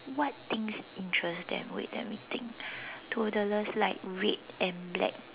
what things interest them wait let me think toddlers like red and black